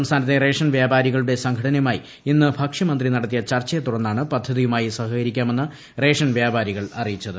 സംസ്ഥാനത്തെ റേഷൻ വ്യാപാരികളുടെ സംഘടനയുമായി ഇന്ന് ഭക്ഷ്യമന്ത്രി നട ത്തിയ ചർച്ചയെ തുടർന്നാണ് പദ്ധതിയുമായി സഹകരിക്കാമെന്ന് റേഷൻ വ്യാപാരികൾ അറിയിച്ചത്